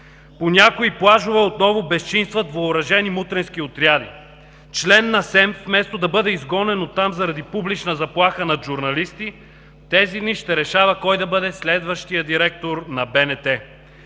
По някои плажове отново безчинстват въоръжени мутренски отряди. Член на СЕМ вместо да бъде изгонен оттам, заради публична заплаха над журналисти, тези дни ще решава кой да бъде следващият директор на БНТ.